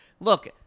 Look